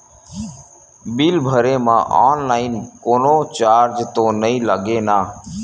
Bill भरे मा online कोनो चार्ज तो नई लागे ना?